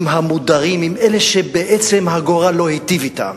עם המודרים, עם אלה שבעצם הגורל לא היטיב אתם.